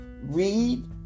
Read